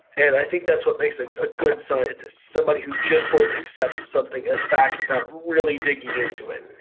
and i think that's what makes a ah good scientist, somebody who just won't accept something as fact without really digging into it.